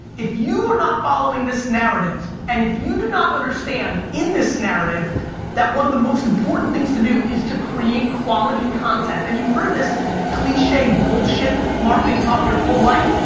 if you are not following this narrative, and if you do not understand in this narrative that one of the most important things to do is to create quality content and you've heard this cliched bullshit marketing talk your whole life.